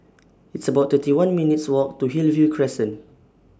It's about thirty one minutes' Walk to Hillview Crescent